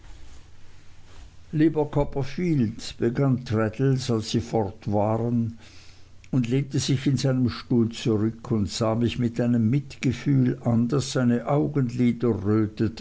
lieber copperfield begann traddles als sie fort waren und lehnte sich in seinem stuhl zurück und sah mich mit einem mitgefühl an das seine augenlider